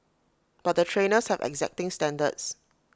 but the trainers have exacting standards